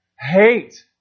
hate